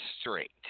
straight